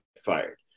fired